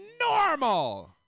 normal